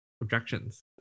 objections